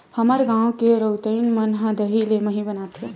हमर गांव के रउतइन मन ह दही ले मही बनाथे